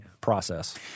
process